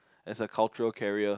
as a cultural carrier